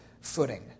footing